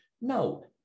no